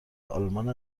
آلمان